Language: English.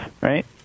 right